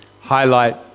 highlight